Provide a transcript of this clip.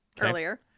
earlier